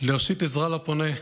להושיט עזרה לפונה.